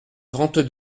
trente